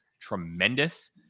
tremendous